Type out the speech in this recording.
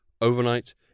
Overnight